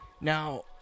Now